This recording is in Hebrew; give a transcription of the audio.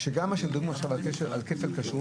ואני חושב שאת צריכה להציג עמדה עקבית בעניין